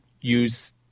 use